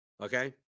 okay